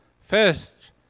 first